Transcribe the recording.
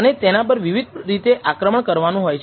અને તેના પર વિવિધ રીતે આક્રમણ કરવાનું હોય છે